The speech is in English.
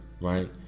right